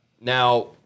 Now